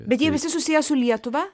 bet jie visi susiję su lietuva